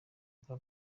bwa